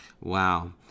Wow